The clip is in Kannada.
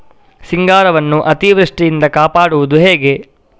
ಸಿಂಗಾರವನ್ನು ಅತೀವೃಷ್ಟಿಯಿಂದ ಕಾಪಾಡುವುದು ಹೇಗೆ?